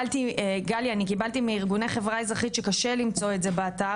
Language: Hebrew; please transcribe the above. גליה אני קיבלתי מארגוני חברה אזרחית שקשה למצוא את הקריטריונים באתר,